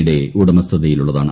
യുടെ ഉടമസ്ഥതയിലുള്ളതാണ്